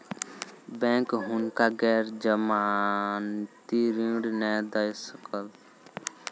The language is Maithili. बैंक हुनका गैर जमानती ऋण नै दय सकल